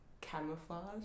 camouflage